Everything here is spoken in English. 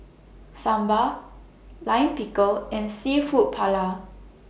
Sambar Lime Pickle and Seafood Paella